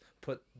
put